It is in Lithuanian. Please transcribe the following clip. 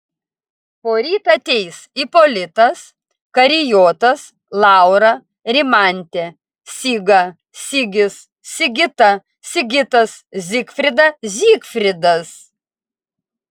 poryt ateis ipolitas karijotas laura rimantė siga sigis sigita sigitas zigfrida zygfridas